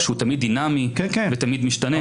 שהוא תמיד דינמי ותמיד משתנה.